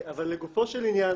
אבל לגופו של עניין,